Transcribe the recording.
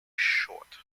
short